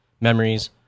memories